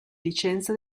licenza